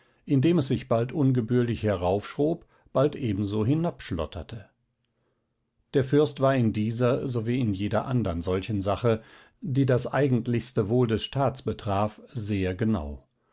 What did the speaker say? indem es sich bald ungebührlich heraufschrob bald ebenso hinabschlotterte der fürst war in dieser sowie in jeder andern solchen sache die das eigentlichste wohl des staats betraf sehr genau